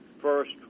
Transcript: First